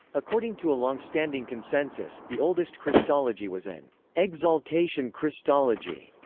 according to a longstanding consensus, the oldest christology was an exaltation christology,